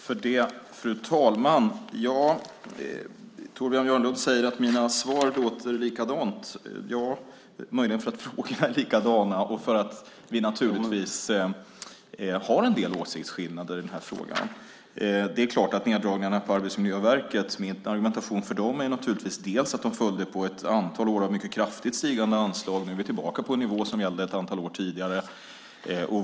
Fru talman! Torbjörn Björlund säger att mina svar låter likadant. Det är möjligen därför att frågorna är likadana. Vi har en del åsiktsskillnader i den här frågan. Argumentationen för neddragningarna på Arbetsmiljöverket är att de följde på ett antal år av mycket kraftigt stigande anslag. Nu är vi tillbaka på en nivå som gällde för ett antal år tidigare.